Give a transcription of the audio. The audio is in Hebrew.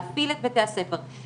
להפעיל את בתי הספר,